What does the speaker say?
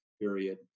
period